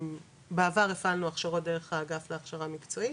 ובעבר הפעלנו הכשרות דרך האגף להכשרה מקצועית,